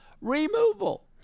removal